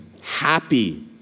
happy